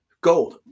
gold